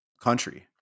country